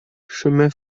chemin